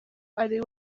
ari